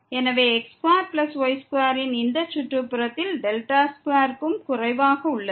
எனவே x2y2 ன் இந்த சுற்றுப்புறத்தில் 2 க்கும் குறைவாக உள்ளது